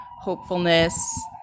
hopefulness